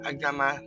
Agama